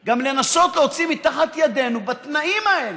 היא גם לנסות להוציא מתחת ידינו בתנאים האלה,